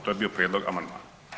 To je bio prijedlog amandmana.